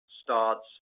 starts